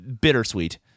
bittersweet